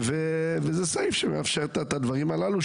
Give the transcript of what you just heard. זה סעיף שמאפשר את הדברים הללו,